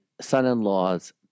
son-in-law's